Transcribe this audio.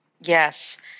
Yes